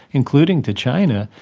including to china,